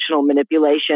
manipulation